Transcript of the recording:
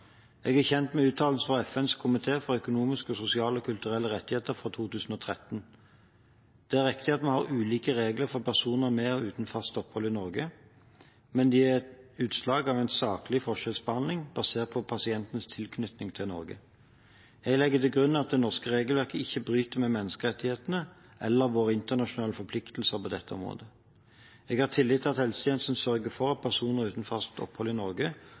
Jeg er kjent med uttalelser fra FNs komité for økonomiske, sosiale og kulturelle rettigheter fra 2013. Det er riktig at vi har ulike regler for personer med og uten fast opphold i Norge, men de er utslag av en saklig forskjellsbehandling, basert på pasientens tilknytning til Norge. Jeg legger til grunn at det norske regelverket ikke bryter med menneskerettighetene eller med våre internasjonale forpliktelser på dette området. Jeg har tillit til at helsetjenesten sørger for at personer uten fast opphold i Norge